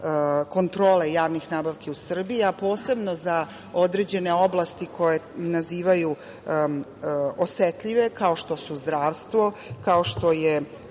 kontrole javnih nabavki u Srbiji, a posebno za određene oblasti koje nazivaju osetljive, kao što su zdravstvo, kao što je